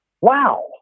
Wow